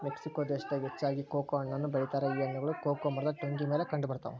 Mexico ದೇಶದಾಗ ಹೆಚ್ಚಾಗಿ cocoa ಹಣ್ಣನ್ನು ಬೆಳಿತಾರ ಈ ಹಣ್ಣುಗಳು ಕೊಕೊ ಮರದ ಟೊಂಗಿ ಮೇಲೆ ಕಂಡಬರ್ತಾವ